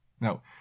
Now